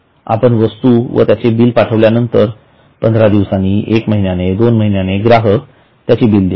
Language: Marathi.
आपण वस्तू व त्याचे बिल पाठविल्या नंतर १५ दिवसांनी १ महिन्याने२ महिन्याने ग्राहक त्याचे बिल देईल